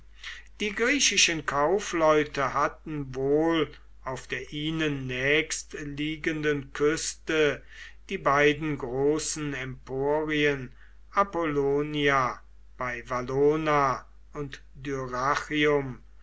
die griechischen kaufleute hatten wohl auf der ihnen nächst liegenden küste die beiden großen emporien apollonia bei valona und